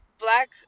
black